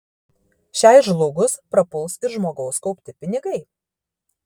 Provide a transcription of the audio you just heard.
šiai žlugus prapuls ir žmogaus kaupti pinigai